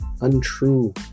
untrue